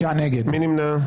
מי נמנע?